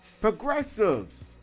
progressives